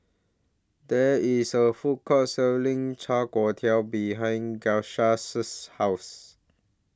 There IS A Food Court Selling Char Kway Teow behind Grisel's House